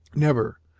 never.